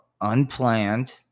unplanned